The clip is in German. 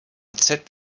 zob